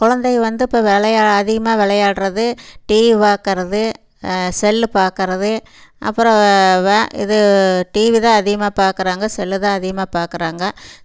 குழந்தை வந்து இப்போ விளையா அதிகமாக விளையாட்றது டிவி பார்க்கறது செல்லு பார்க்கறது அப்புறம் வே இது டிவி தான் அதிகமாக பார்க்கறாங்க செல்லு தான் அதிகமாக பார்க்கறாங்க